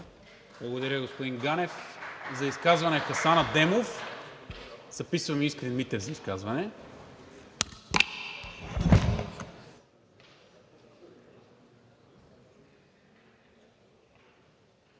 Благодаря Ви, господин Ганев. За изказване – Хасан Адемов. Записвам и Искрен Митев за изказване.